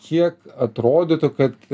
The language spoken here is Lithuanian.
kiek atrodytų kad